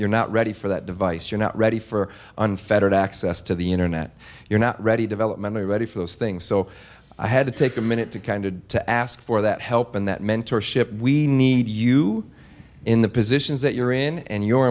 you're not ready for that device you're not ready for unfettered access to the internet you're not ready developmentally ready for those things so i had to take a minute to kind of to ask for that help and that mentorship we need you in the positions that you're in and your